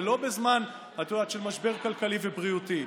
ולא בזמן של משבר כלכלי ובריאותי,